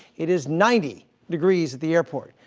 it is ninety degrees at the airport.